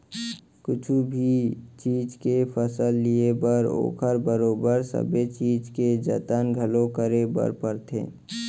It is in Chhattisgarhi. कुछु भी चीज के फसल लिये बर ओकर बरोबर सबे चीज के जतन घलौ करे बर परथे